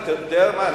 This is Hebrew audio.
אתה יודע מה?